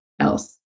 else